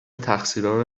تقصیرارو